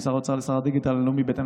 ומשר האוצר לשר הדיגיטל הלאומי בהתאם